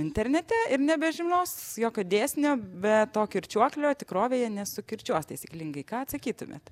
internete ir nebežinos jokio dėsnio be to kirčiuoklio tikrovėje ne sukirčiuos taisyklingai ką atsakytumėt